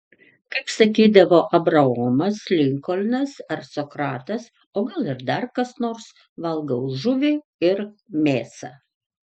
kaip sakydavo abraomas linkolnas ar sokratas o gal ir dar kas nors valgau žuvį ir mėsą